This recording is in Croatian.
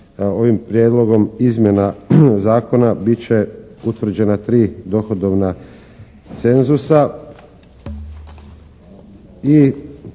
ovim prijedlogom izmjena zakona bit će utvrđena tri dohodovna cenzusa.